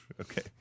Okay